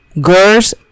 girls